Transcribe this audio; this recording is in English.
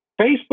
Facebook